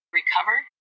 recovered